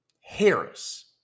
Harris